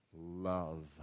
love